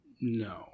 No